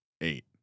eight